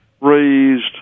raised